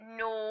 no